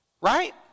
Right